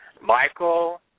Michael